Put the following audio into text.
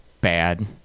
bad